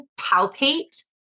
palpate